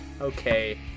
Okay